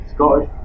Scottish